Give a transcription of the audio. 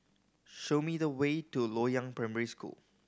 show me the way to Loyang Primary School